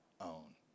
own